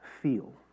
feel